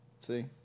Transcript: See